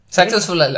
successful